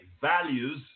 values